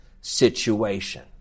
situation